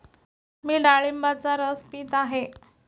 मी डाळिंबाचा रस पीत आहे